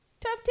tough